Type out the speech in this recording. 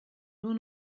nur